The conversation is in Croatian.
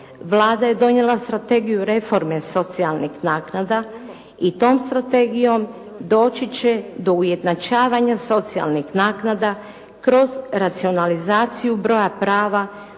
Vlada je donijela Strategiju reforme socijalnih naknada i tom strategijom doći će do ujednačavanje socijalnih naknada kroz racionalizaciju broja prava,